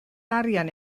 arian